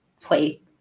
play